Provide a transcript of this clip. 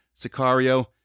Sicario